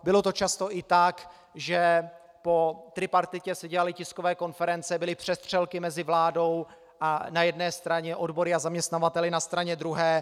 Bylo to často i tak, že po tripartitě se dělaly tiskové konference, byly přestřelky mezi vládou na jedné straně a odbory a zaměstnavateli na straně druhé.